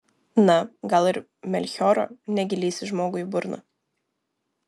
na gal ir melchioro negi lįsi žmogui į burną